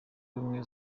ubumwe